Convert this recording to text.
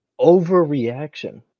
Overreaction